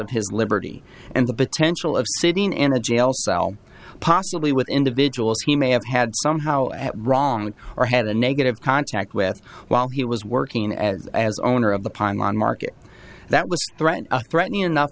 of his liberty and the potential of sitting in a jail cell possibly with individuals he may have had somehow at wrong or had a negative contact with while he was working as owner of the pylon market that was a threat a threatening enough